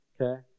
Okay